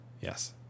Yes